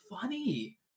funny